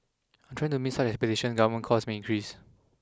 in trying to meet such expectations governance costs may increase